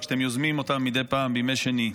ושאתם יוזמים מדי פעם בימי שני: